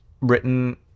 written